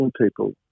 people